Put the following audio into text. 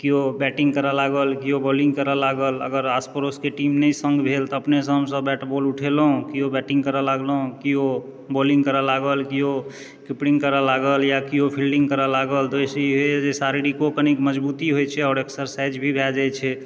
केओ बैटिंग करऽ लागल केओ बॉलिंग करऽ लागल अगर आसपड़ोसके टीम नहि सङ्ग भेल तऽ अपनेसँ हमसभ बैट बॉल उठेलहुँ केओ बैटिंग करऽ लगलहुँ केओ बॉलिंग करऽ लागल केओ कीपिंग करऽ लागल या केओ फील्डिंग करऽ लागल तऽ ओहिसँ ई होइए जे शरीरिको कनि मजबूती होइ छै आओर एक्सरसाइज भी भए जाइत छै